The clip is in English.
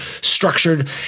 structured